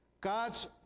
God's